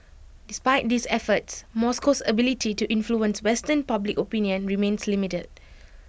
despite these efforts Moscow's ability to influence western public opinion remains limited